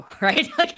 right